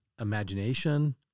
imagination